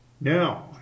Now